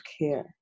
care